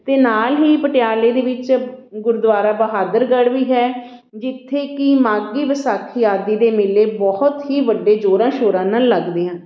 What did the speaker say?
ਅਤੇ ਨਾਲ ਹੀ ਪਟਿਆਲੇ ਦੇ ਵਿੱਚ ਗੁਰਦੁਆਰਾ ਬਹਾਦਰਗੜ੍ਹ ਵੀ ਹੈ ਜਿੱਥੇ ਕਿ ਮਾਘੀ ਵਿਸਾਖੀ ਆਦਿ ਦੇ ਮੇਲੇ ਬਹੁਤ ਹੀ ਵੱਡੇ ਜੋਰਾ ਸ਼ੋਰਾਂ ਨਾਲ ਲੱਗਦੇ ਹਨ